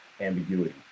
ambiguity